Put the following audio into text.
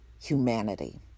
humanity